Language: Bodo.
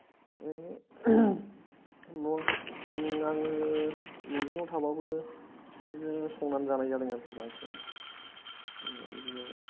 ओरैनो न' मा होनो लजिङाव थाबाबो बिदिनो संनानै जानाय जादों आरोखि बांसिन ओ बिदिनो